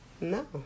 No